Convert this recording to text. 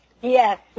Yes